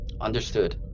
Understood